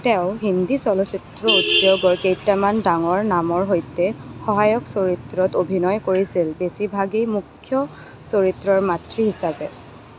তেওঁ হিন্দী চলচ্চিত্ৰ উদ্যোগৰ কেইটামান ডাঙৰ নামৰ সৈতে সহায়ক চৰিত্ৰত অভিনয় কৰিছিল বেছিভাগেই মুখ্য চৰিত্ৰৰ মাতৃ হিচাপে